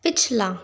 पिछला